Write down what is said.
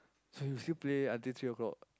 so you still play until three o-clock